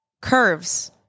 Curves